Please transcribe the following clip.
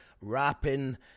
rapping